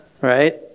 right